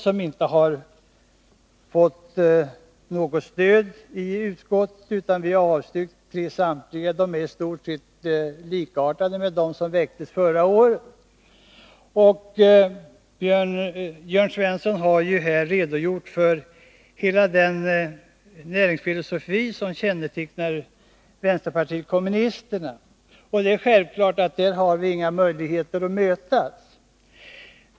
De har inte fått något stöd i utskottet, utan samtliga har avstyrkts. I stort sett likartade motioner väckte vpk förra året. Jörn Svensson har ju här redogjort för hela den näringsfilosofi som kännetecknar vänsterpartiet kommunisterna. Det är självklart att vi där inte har några möjligheter att mötas.